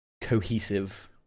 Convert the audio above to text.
cohesive